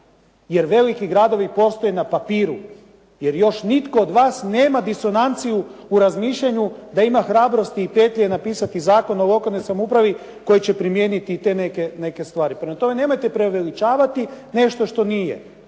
jer veliki gradovi postoje na papiru jer još nitko od vas nema disonanciju u razmišljanju da ima hrabrosti i petlje napisati Zakon o lokalnoj samoupravi koji će primijeniti te neke stvari. Prema tome, nemojte preuveličavati nešto što nije.